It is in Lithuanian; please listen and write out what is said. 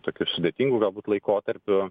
tokiu sudėtingu galbūt laikotarpiu